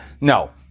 No